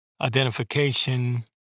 identification